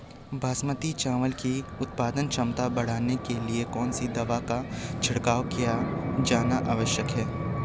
बासमती चावल की उत्पादन क्षमता बढ़ाने के लिए कौन सी दवा का छिड़काव किया जाना आवश्यक है?